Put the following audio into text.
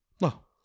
No